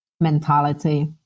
mentality